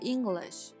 English